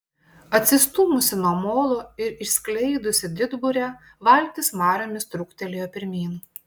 atsistūmusi nuo molo ir išskleidusi didburę valtis mariomis trūktelėjo pirmyn